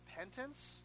repentance